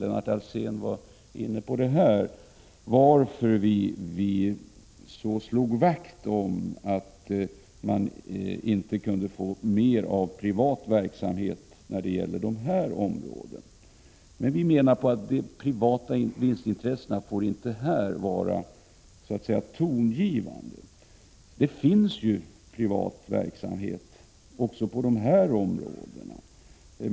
Lennart Alsén var inne på frågan varför vi har slagit vakt om principen att man inte skulle få mer av privat verksamhet i nämnda områden. De privata vinstintressena får här inte vara tongivande. Det finns ju privat verksamhet också på de här områdena.